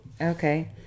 Okay